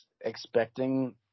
expecting